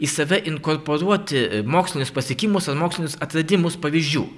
į save inkorporuoti mokslinius pasiekimus ar mokslinius atradimus pavyzdžių